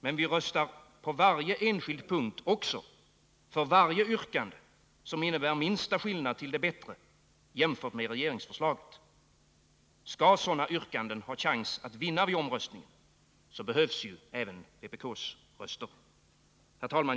Men vi röstar på varje enskild punkt också för varje yrkande som innebär minsta skillnad till det bättre jämfört med regeringsförslaget. Skall sådana yrkanden ha någon chans att vinna vid omröstningen, behövs även vpk:s röster. Herr talman!